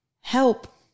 help